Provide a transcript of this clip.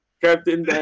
Captain